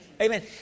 Amen